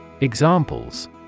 Examples